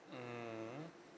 mmhmm